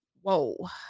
Whoa